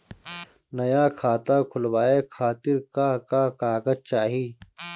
नया खाता खुलवाए खातिर का का कागज चाहीं?